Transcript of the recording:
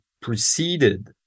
preceded